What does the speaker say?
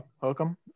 welcome